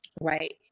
Right